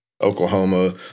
Oklahoma